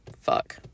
fuck